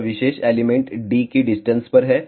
यह विशेष element d की डिस्टेंस पर है